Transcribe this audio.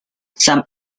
some